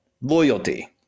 Loyalty